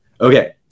Okay